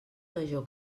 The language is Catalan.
major